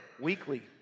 weekly